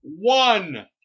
one